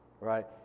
right